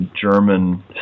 German